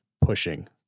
pushing